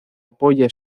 apoya